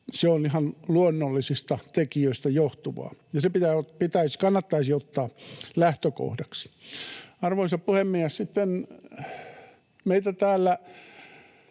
Se on ihan luonnollisista tekijöistä johtuvaa, ja se kannattaisi ottaa lähtökohdaksi. Arvoisa puhemies! Meitä täällä